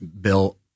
Bill